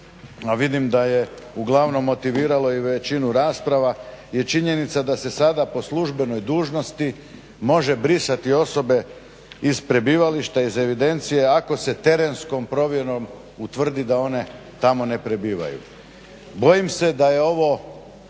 vidim da je uglavnom motiviralo i većinu rasprava je činjenica da se sada po službenoj dužnosti može brisati osobe iz prebivališta, iz evidencije ako se terenskom provjerom utvrdi da one tamo ne prebivaju. Bojim se da je ovo